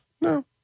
No